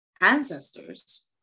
ancestors